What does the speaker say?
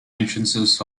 entrances